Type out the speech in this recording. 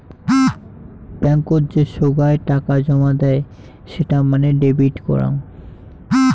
বেঙ্কত যে সোগায় টাকা জমা দেয় সেটা মানে ডেবিট করাং